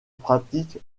pratique